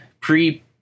pre